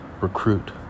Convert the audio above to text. recruit